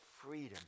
freedom